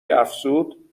افزود